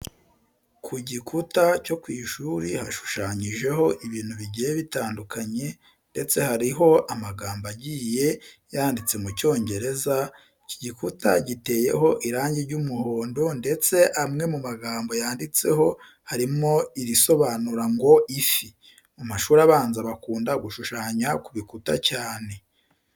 Ku gikuta cyo ku ishuri hashushanyijeho ibintu bigiye bitandukanye ndetse hariho amagambo agaiye yanditse mu cyon5gereza. Iki gukuta giteyeho irangi ry'umuhondo ndetse amwe mu magambo yanditseho harimo irisobanura ngo ifi. Mu mashuri abanza bakunda gushanya ku bikuta cyane.